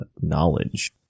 knowledge